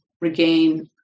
regain